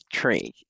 tree